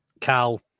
Cal